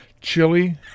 Chili